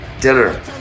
dinner